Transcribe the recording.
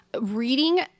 Reading